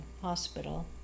Hospital